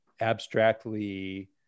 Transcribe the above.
abstractly